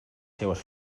seues